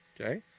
okay